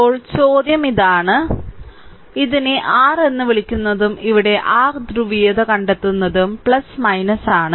ഇപ്പോൾ ചോദ്യം ഇതാണ് ഇതിനെ r എന്ന് വിളിക്കുന്നതും ഇവിടെ r ധ്രുവീയത കണ്ടെത്തുന്നതും ആൺ